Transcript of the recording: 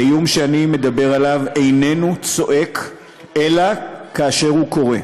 האיום שאני מדבר עליו איננו צועק אלא כאשר הוא קורה,